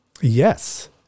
Yes